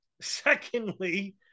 Secondly